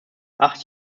acht